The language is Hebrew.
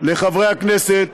לחברי הכנסת